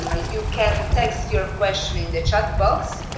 ah you can text your question in the chat box.